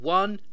one